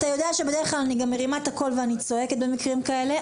אתה יודע שבדרך כלל אני גם מרימה את הקול ואני צועקת במקרים כאלה.